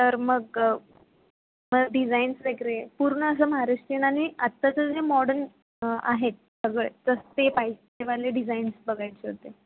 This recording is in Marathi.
तर मग म डिझाईन्स वगैरे पूर्ण असं महाराष्ट्रीयन आणि आत्ताचं जे मॉडर्न आहे सगळे तं ते पाहिजे ते वाले डिझाईन्स बघायचे होते